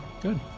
good